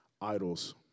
idols